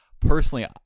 Personally